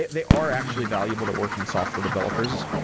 they are actually valuable to working software developers,